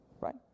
right